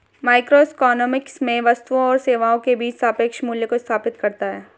microeconomics में वस्तुओं और सेवाओं के बीच सापेक्ष मूल्यों को स्थापित करता है